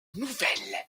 nouvelle